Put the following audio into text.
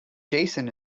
jason